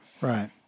Right